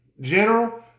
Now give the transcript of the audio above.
general